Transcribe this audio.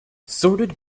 sorted